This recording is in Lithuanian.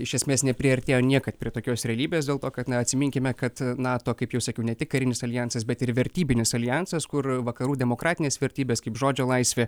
iš esmės nepriartėjo niekad prie tokios realybės dėl to kad na atsiminkime kad nato kaip jau sakiau ne tik karinis aljansas bet ir vertybinis aljansas kur vakarų demokratinės vertybės kaip žodžio laisvė